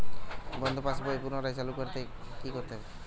বন্ধ পাশ বই পুনরায় চালু করতে কি করতে হবে?